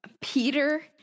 peter